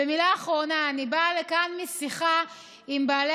ומילה אחרונה: אני באה לכאן משיחה עם בעלי